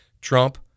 Trump